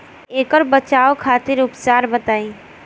ऐकर बचाव खातिर उपचार बताई?